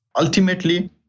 ultimately